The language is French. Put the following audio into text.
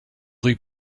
rue